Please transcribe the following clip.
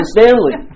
Stanley